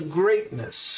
greatness